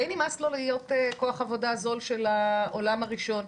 די נמאס לו להיות כוח עבודה זול של העולם הראשון,